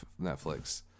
Netflix